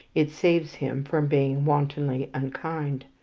it saves him from being wantonly unkind.